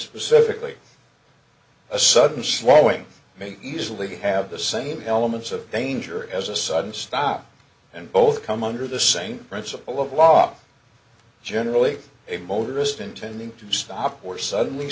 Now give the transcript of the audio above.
specifically a sudden slowing may easily have the same elements of danger as a sudden stop and both come under the same principle of walk generally a motorist intending to stop or suddenly